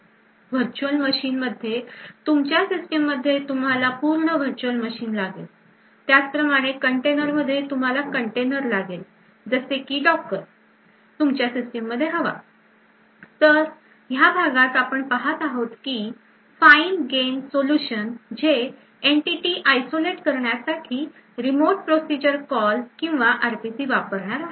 Virtual machine मध्ये तुमच्या system मध्ये तुम्हाला पूर्ण virtual machine लागेल त्याच प्रमाणे कंटेनर मध्ये तुम्हाला कंटेनर लागेल जसे की docker तुमच्या सिस्टीम मध्ये हवा तर ह्या भागात आपण पहात आहोत की fined gain solution जे entity isolate करण्यासाठी remote procedure call किंवा RPC वापरणार आहे